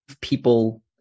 people